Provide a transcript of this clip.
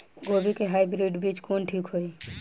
गोभी के हाईब्रिड बीज कवन ठीक होई?